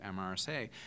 MRSA